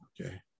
okay